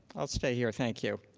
i'll stay here. thank you.